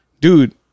dude